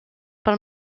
pel